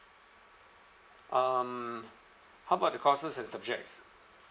um how about the courses and subjects